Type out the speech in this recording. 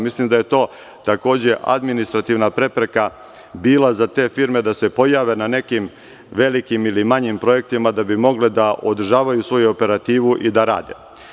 Mislim da je to takođe administrativna prepreka bila za te firme da se pojave na nekim velikim ili manjim projektima da bi mogle da održavaju svoju operativu i da rade.